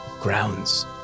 grounds